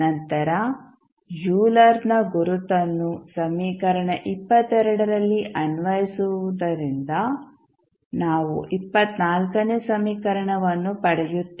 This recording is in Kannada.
ನಂತರ ಯೂಲರ್ನ ಗುರುತನ್ನು ಸಮೀಕರಣ ರಲ್ಲಿ ಅನ್ವಯಿಸುವುದರಿಂದ ನಾವು ನೇ ಸಮೀಕರಣವನ್ನು ಪಡೆಯುತ್ತೇವೆ